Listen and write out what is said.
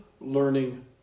learning